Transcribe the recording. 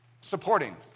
Supporting